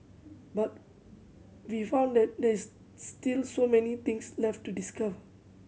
but we found that there is still so many things left to discover